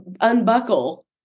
unbuckle